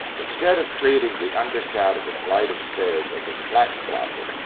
instead of treating the underside of a flight of stairs as a flat soffit,